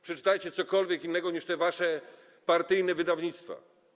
Przeczytajcie cokolwiek innego niż te wasze partyjne wydawnictwa.